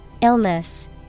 Illness